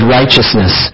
righteousness